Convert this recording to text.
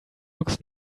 looks